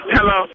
Hello